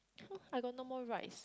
so I got no more rice